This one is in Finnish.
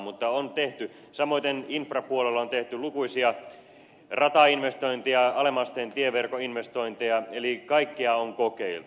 mutta on tehty samoiten infrapuolella on tehty lukuisia ratainvestointeja alemman asteen tieverkon investointeja eli kaikkea on kokeiltu